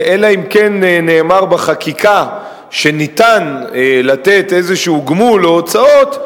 אלא אם כן נאמר בחקיקה שניתן לתת איזשהו גמול או הוצאות,